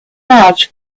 large